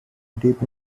deep